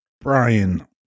Brian